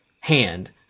Hand